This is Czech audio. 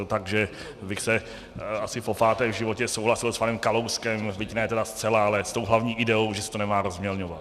Takže bych asi popáté v životě souhlasil s panem Kalouskem, byť ne tedy zcela, ale s hlavní ideou, že se to nemá rozmělňovat.